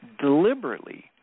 deliberately